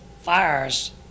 fires